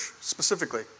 specifically